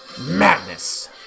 Madness